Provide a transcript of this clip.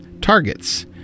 targets